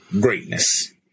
greatness